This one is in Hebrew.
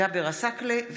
יוליה מלינובסקי קונין,